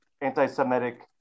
anti-semitic